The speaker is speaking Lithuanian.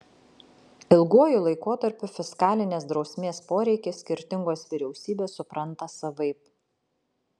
ilguoju laikotarpiu fiskalinės drausmės poreikį skirtingos vyriausybės supranta savaip